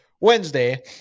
wednesday